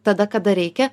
tada kada reikia